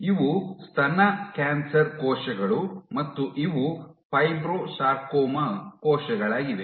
ಇವು ಸ್ತನ ಕ್ಯಾನ್ಸರ್ ಕೋಶಗಳು ಮತ್ತು ಇವು ಫೈಬ್ರೊಸಾರ್ಕೊಮಾ ಕೋಶಗಳಾಗಿವೆ